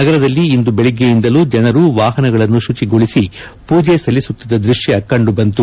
ನಗರದಲ್ಲಿ ಇಂದು ಬೆಳಗ್ಗೆಯಿಂದಲೂ ಜನರು ವಾಹನಗಳನ್ನು ಶುಚಿ ಗೊಳಿಸಿ ಪೂಜೆ ಸಲ್ಲಿಸುತ್ತಿದ್ದ ದೃಶ್ಯ ಕಂಡುಬಂತು